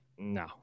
No